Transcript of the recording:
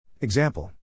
Example